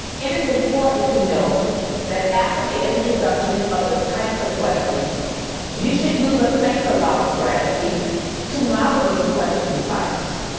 it is important to note that after the introduction about the types of questions you should use a think aloud strategy to model these question types.